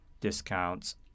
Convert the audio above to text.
discounts